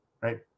right